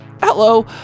hello